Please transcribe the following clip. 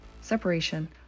separation